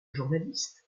journaliste